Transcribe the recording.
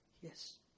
Yes